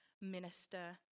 minister